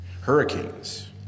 hurricanes